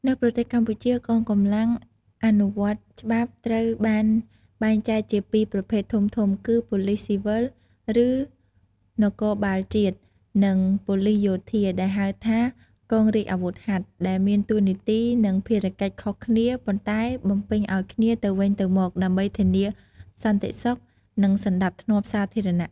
នៅប្រទេសកម្ពុជា កងកម្លាំងអនុវត្តច្បាប់ត្រូវបានបែងចែកជាពីរប្រភេទធំៗ គឺ ប៉ូលិសស៊ីវិល ឬ នគរបាលជាតិ និង ប៉ូលិសយោធា ដែលហៅថា កងរាជអាវុធហត្ថ ដែលមានតួនាទី និងភារកិច្ចខុសគ្នា ប៉ុន្តែបំពេញឲ្យគ្នាទៅវិញទៅមកដើម្បីធានាសន្តិសុខ និងសណ្ដាប់ធ្នាប់សាធារណៈ។